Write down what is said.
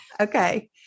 Okay